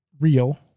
real